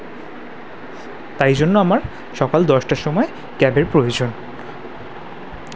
তাই জন্য আমার সকাল দশটার সময় ক্যাবের প্রয়োজন